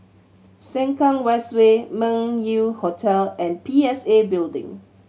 Sengkang West Way Meng Yew Hotel and P S A Building